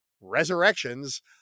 Resurrections